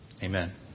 Amen